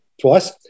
twice